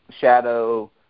shadow